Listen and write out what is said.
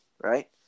Right